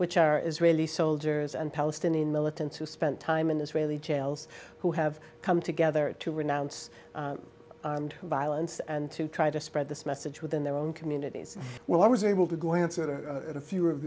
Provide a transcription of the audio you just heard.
which are israeli soldiers and palestinian militants who spent time in israeli jails who have come together to renounce violence and to try to spread this message within their own communities well i was able to go into a few of